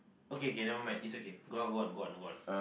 okay okay nevermind is okay go on go on go on